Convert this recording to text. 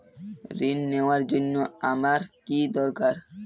ঋণ নেওয়ার জন্য আমার কী দরকার?